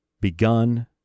begun